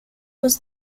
was